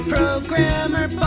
Programmer